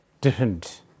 different